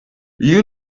you